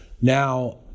Now